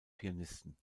pianisten